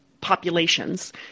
populations